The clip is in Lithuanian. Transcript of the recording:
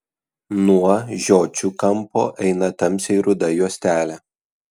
nuo žiočių kampo eina tamsiai ruda juostelė